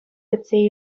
кӗтсе